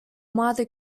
mother